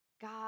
God